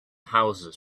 houses